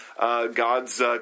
God's